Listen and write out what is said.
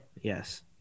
Yes